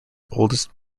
oldest